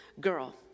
girl